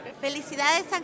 Felicidades